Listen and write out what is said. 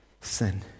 sin